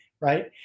right